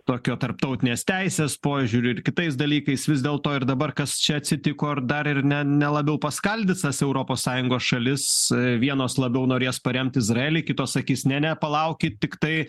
tokio tarptautinės teisės požiūriu ir kitais dalykais vis dėlto ir dabar kas čia atsitiko ar dar ir ne ne labiau paskaldys tas europos sąjungos šalis vienos labiau norės paremt izraelį kitos sakys ne ne palaukit tiktai